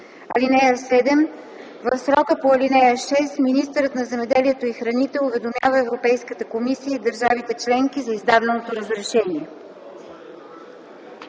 комисия. (7) В срока по ал. 6 министърът на земеделието и храните уведомява Европейската комисия и държавите членки за издаденото разрешение.”